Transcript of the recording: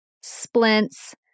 splints